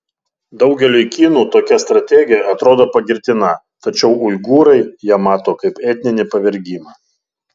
daugeliui kinų tokia strategija atrodo pagirtina tačiau uigūrai ją mato kaip etninį pavergimą